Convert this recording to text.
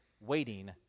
waiting